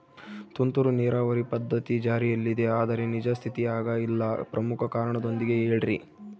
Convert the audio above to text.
ತುಂತುರು ನೇರಾವರಿ ಪದ್ಧತಿ ಜಾರಿಯಲ್ಲಿದೆ ಆದರೆ ನಿಜ ಸ್ಥಿತಿಯಾಗ ಇಲ್ಲ ಪ್ರಮುಖ ಕಾರಣದೊಂದಿಗೆ ಹೇಳ್ರಿ?